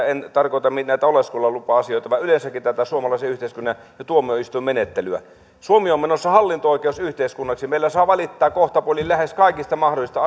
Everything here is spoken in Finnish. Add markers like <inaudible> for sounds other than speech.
<unintelligible> en tarkoita näitä oleskelulupa asioita vaan yleensäkin tätä suomalaisen yhteiskunnan tuomioistuinmenettelyä suomi on menossa hallinto oikeusyhteiskunnaksi meillä saa valittaa kohtapuolin lähes kaikista mahdollisista <unintelligible>